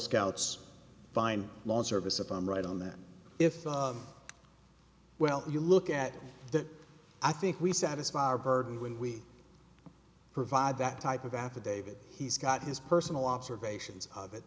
scouts find lawn service of i'm right on that if well you look at that i think we satisfy our burden when we provide that type of affidavit he's got his personal observations of it